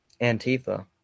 Antifa